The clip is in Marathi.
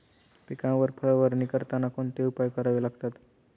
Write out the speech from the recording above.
पिकांवर फवारणी करताना कोणते उपाय करावे लागतात?